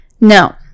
no